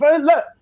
look